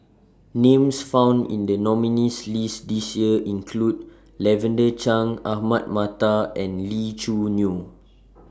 Names found in The nominees' list This Year include Lavender Chang Ahmad Mattar and Lee Choo Neo